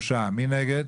3. מי נגד?